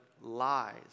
lies